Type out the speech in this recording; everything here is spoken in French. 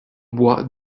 bois